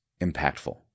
impactful